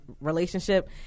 relationship